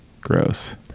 Gross